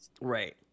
Right